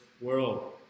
world